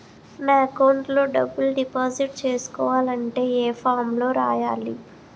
నా అకౌంట్ లో డబ్బులు డిపాజిట్ చేసుకోవాలంటే ఏ ఫామ్ లో రాయాలి?